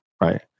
right